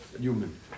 Human